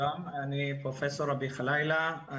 אני פרופ' רביע ח'לאילה.